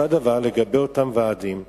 אותו הדבר לגבי אותם ועדים שקמים,